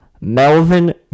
Melvin